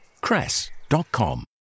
cress.com